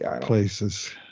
places